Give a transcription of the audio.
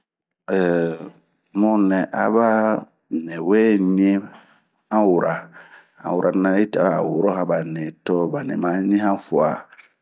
mu nɛ ehh aba ni we ɲii han wura han wura nɛyi tawɛ a worohan ba ni ,to bani ma ɲihan fuaa.